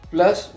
Plus